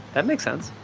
that makes sense.